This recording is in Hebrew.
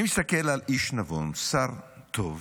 אני מסתכל על איש נבון, שר טוב,